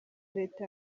leta